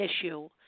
issue